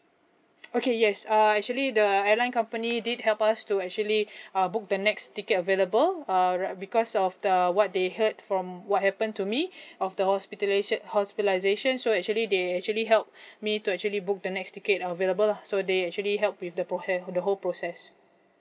okay yes uh actually the airline company did help us to actually uh book the next ticket available err because of the what they heard from what happened to me of the hospitalisation so actually they actually help me to actually book the next ticket available lah so they actually help with the the whole process